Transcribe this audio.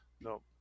no